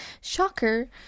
shocker